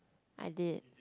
I did